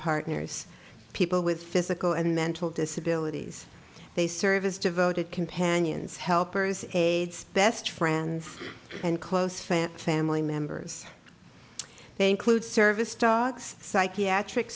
partners people with physical and mental disabilities they serve as devoted companions helpers aides best friends and close fans family members they include service dogs psychiatric